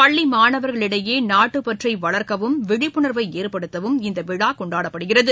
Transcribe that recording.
பள்ளி மாணவர்களிடையே நாட்டுப்பற்றை வளர்க்கவும் விழிப்புணர்வை ஏற்படுத்தவும் இந்த விழா கொண்டாடப்படுகிறது